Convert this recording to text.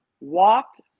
walked